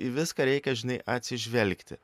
į viską reikia žinai atsižvelgti